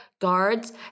guards